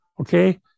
okay